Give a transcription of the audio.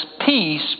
peace